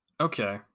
Okay